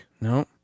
no